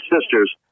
sisters